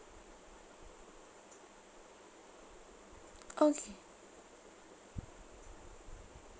okay